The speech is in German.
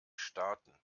starten